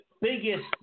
biggest